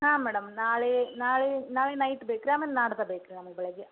ಹಾಂ ಮೇಡಮ್ ನಾಳೆ ನಾಳೆ ನಾಳೆ ನೈಟ್ ಬೇಕು ರಿ ಆಮೇಲೆ ನಾಡ್ದು ಬೇಕು ರಿ ನಮ್ಗೆ ಬೆಳಿಗ್ಗೆ